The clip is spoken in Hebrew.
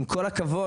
עם כל הכבוד,